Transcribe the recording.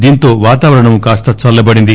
దీంతో వాతావరణం కాస్త చల్లబడింది